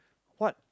what